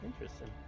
Interesting